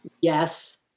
Yes